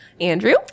Andrew